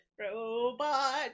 Robot